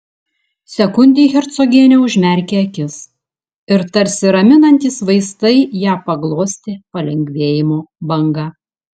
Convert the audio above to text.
sekundei hercogienė užmerkė akis ir tarsi raminantys vaistai ją paglostė palengvėjimo banga